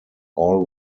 all